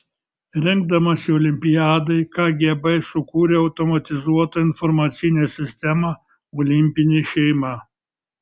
rengdamasi olimpiadai kgb sukūrė automatizuotą informacinę sistemą olimpinė šeima